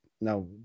Now